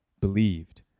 believed